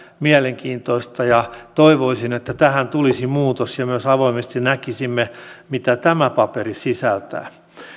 mielenkiintoista ja toivoisin että tähän tulisi muutos ja myös avoimesti näkisimme mitä tämä paperi sisältää